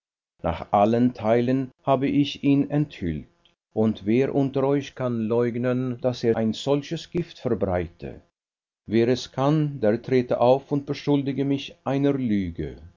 nach allen teilen habe ich ihn enthüllt und wer unter euch kann leugnen daß er ein solches gift verbreite wer es kann der trete auf und beschuldige mich einer lüge